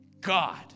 God